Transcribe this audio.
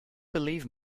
believe